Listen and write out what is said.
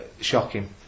Shocking